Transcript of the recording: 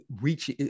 reach